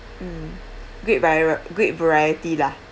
mm great vari~ great variety lah